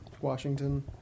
Washington